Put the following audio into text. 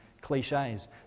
cliches